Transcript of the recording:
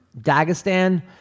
Dagestan